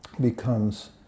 becomes